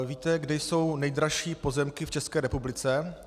Víte, kde jsou nejdražší pozemky v České republice?